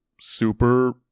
super